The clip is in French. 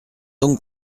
donc